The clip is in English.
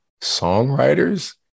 songwriters